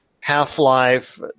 Half-Life